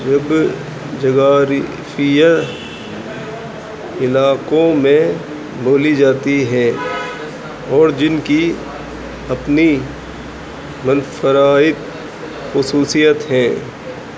جغرافیہ علاقوں میں بولی جاتی ہیں اور جن کی اپنی منفرد خصوصیت ہیں